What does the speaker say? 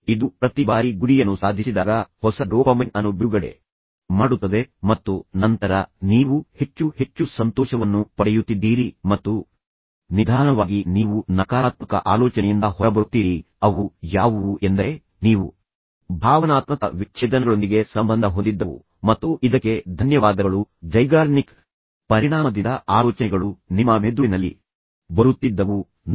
ಇದು ಪ್ರತಿ ಬಾರಿ ಗುರಿಯನ್ನು ಸಾಧಿಸಿದಾಗ ಹೊಸ ಡೋಪಮೈನ್ ಅನ್ನು ಬಿಡುಗಡೆ ಮಾಡುತ್ತದೆ ಮತ್ತು ನಂತರ ನೀವು ಹೆಚ್ಚು ಹೆಚ್ಚು ಸಂತೋಷವನ್ನು ಪಡೆಯುತ್ತಿದ್ದೀರಿ ಮತ್ತು ನಿಧಾನವಾಗಿ ನೀವು ನಕಾರಾತ್ಮಕ ಆಲೋಚನೆಯಿಂದ ಹೊರಬರುತ್ತೀರಿ ಅವು ಯಾವುವು ಎಂದರೆ ನೀವು ಭಾವನಾತ್ಮಕ ವಿಚ್ಛೇದನಗಳೊಂದಿಗೆ ಸಂಬಂಧ ಹೊಂದಿದ್ದವು ಮತ್ತು ಇದಕ್ಕೆ ಧನ್ಯವಾದಗಳು ಝೈಗಾರ್ನಿಕ್ ಪರಿಣಾಮದಿಂದ ಆಲೋಚನೆಗಳು ನಿಮ್ಮ ಮೆದುಳಿನಲ್ಲಿ ಬರುತ್ತಿದ್ದವು ಮತ್ತು ಒಳನುಸುಳುತ್ತಿದ್ದವು ನೀವು ಎಷ್ಟೇ ಗಮನ ಕೇಂದ್ರೀಕರಿಸಿದರು ಸಾಧ್ಯವಾಗಲಿಲ್ಲ ಏಕೆಂದರೆ ಅದನ್ನು ಅಪೂರ್ಣವಾಗಿ ಬಿಟ್ಟುಬಿಟ್ಟಿದ್ದೀರಿ